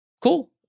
Cool